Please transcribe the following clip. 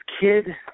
kid